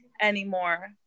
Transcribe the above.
anymore